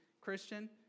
Christian